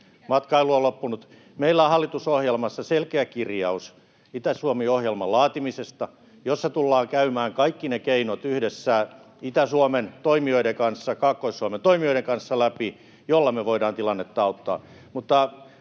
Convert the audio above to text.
matkailu on loppunut. Meillä on hallitusohjelmassa selkeä kirjaus Itä-Suomi-ohjelman laatimisesta, jossa tullaan käymään läpi kaikki ne keinot yhdessä Itä-Suomen toimijoiden kanssa, Kaakkois-Suomen toimijoiden kanssa, jolloin me voimme tilannetta auttaa.